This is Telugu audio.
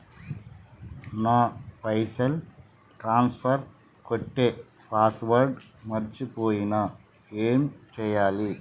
నా పైసల్ ట్రాన్స్ఫర్ కొట్టే పాస్వర్డ్ మర్చిపోయిన ఏం చేయాలి?